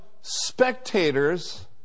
spectators